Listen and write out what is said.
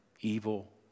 evil